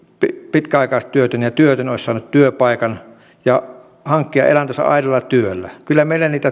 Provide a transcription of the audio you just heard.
pitkäaikaistyötön ja työtön olisi saanut työpaikan ja hankkinut elantonsa aidolla työllä kyllä meillä